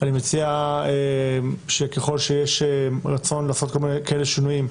אני מציע שככל שיש רצון לעשות כל מיני שינויים,